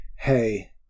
hey